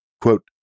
Quote